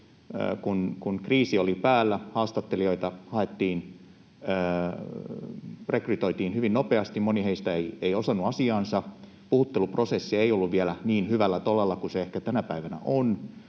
kun kriisi oli päällä, haastattelijoita rekrytoitiin hyvin nopeasti, moni heistä ei osannut asiaansa, puhutteluprosessi ei ollut vielä niin hyvällä tolalla kuin se ehkä tänä päivänä on,